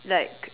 like